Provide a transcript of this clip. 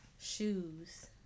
Shoes